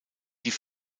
die